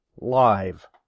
live